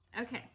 Okay